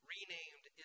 renamed